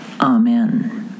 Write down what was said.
Amen